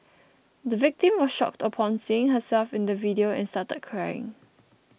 the victim was shocked upon seeing herself in the video and started crying